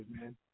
man